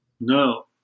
No